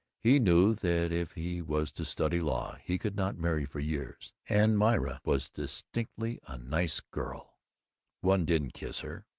he knew that if he was to study law he could not marry for years and myra was distinctly a nice girl one didn't kiss her,